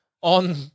on